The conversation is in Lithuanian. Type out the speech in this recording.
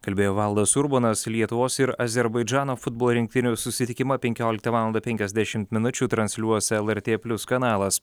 kalbėjo valdas urbonas lietuvos ir azerbaidžano futbolo rinktinių susitikimą penkioliktą valandą penkiasdešimt minučių transliuos lrt plius kanalas